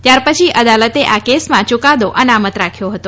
ત્યારપછી અદાલતે આ કેસમાં યૂકાદો અનામત રાખ્યો હતો